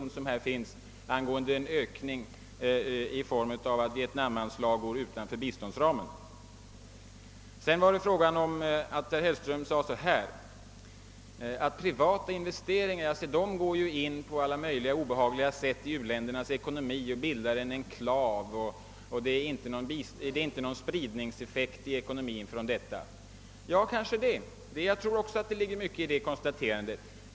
Det kan ni göra genom att rösta på reservationen 7, i vilken yrkas på att medel för den kommande hjälpen till Sydoch Nordvietnam bör ställas till förfogande utanför den planeringsram som riksdagen kan komma att fastställa. Herr Hellström sade vidare att privata investeringar på alla möjliga obehagliga sätt går in i u-ländernas ekonomi, där de bildar en enklav, och att någon spridningseffekt därigenom inte åstadkommes i ekonomin. Ja, kanske det är så. Jag tror att det ligger mycket i detta konstaterande.